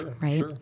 Right